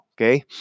Okay